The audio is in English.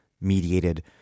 mediated